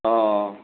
অঁ অঁ